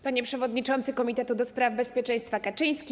Panie Przewodniczący Komitetu do spraw Bezpieczeństwa Kaczyński!